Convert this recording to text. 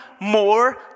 more